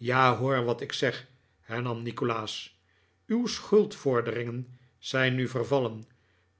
ja hoor wat ik zeg hernam nikolaas uw schuldvorderingen zijn nu vervallen